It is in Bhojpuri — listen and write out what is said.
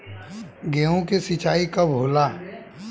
गेहूं के सिंचाई कब होला?